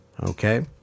Okay